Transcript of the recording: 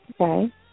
Okay